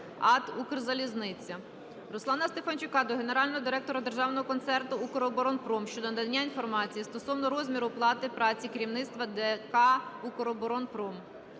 Руслана Стефанчука до генерального директора Державного концерну "Укроборонпром" щодо надання інформації стосовно розміру оплати праці керівництва ДК "Укроборонпром".